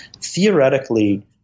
theoretically